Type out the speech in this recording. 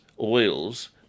oils